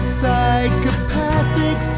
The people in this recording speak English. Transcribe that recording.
psychopathic